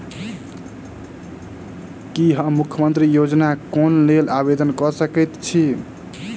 की हम मुख्यमंत्री योजना केँ लेल आवेदन कऽ सकैत छी?